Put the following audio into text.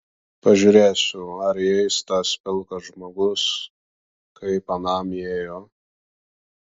pažiūrėsiu ar įeis tas pilkas žmogus kaip anam įėjo